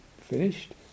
finished